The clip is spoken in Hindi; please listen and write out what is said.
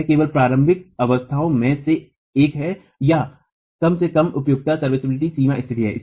यह केवल प्रारंभिक अवस्थाओं में से एक है या कम से कम उपयुक्तता सीमा स्तिथि है